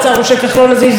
וזו הזדמנות בשבילי,